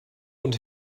und